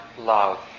love